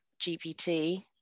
GPT